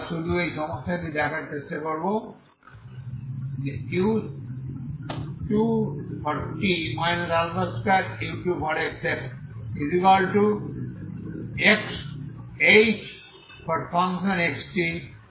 তাই আমরা শুধু এই সমস্যাটি দেখার চেষ্টা করবো u2t 2u2xxhxtx∈R t0